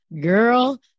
girl